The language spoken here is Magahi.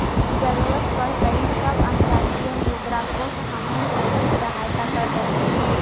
जरूरत पड़तई तब अंतर्राष्ट्रीय मुद्रा कोश हमनी सब के सहायता कर देतई